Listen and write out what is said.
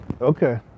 Okay